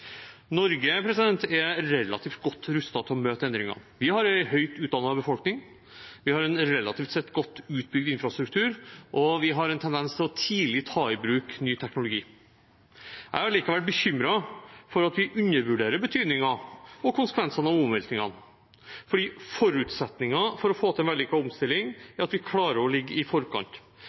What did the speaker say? Norge er relativt godt rustet til å møte endringene. Vi har en høyt utdannet befolkning, vi har en relativt sett godt utbygd infrastruktur, og vi har en tendens til tidlig å ta i bruk ny teknologi. Jeg er likevel bekymret for at vi undervurderer betydningen og konsekvensene av omveltningene, for forutsetningen for å få til en vellykket omstilling er at vi klarer å ligge i forkant,